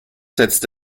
setzt